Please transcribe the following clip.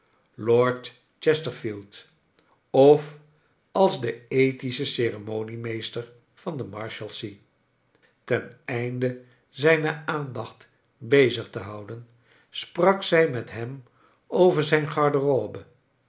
lord chesterfield of als de ethische oeremoniemeester van de marshalsea teneinde zijne aandacht bezig te houden sprak zij met hem over zijn garderobe